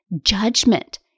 judgment